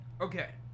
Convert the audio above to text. Okay